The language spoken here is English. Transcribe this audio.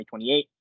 2028